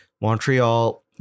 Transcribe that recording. Montreal